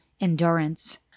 endurance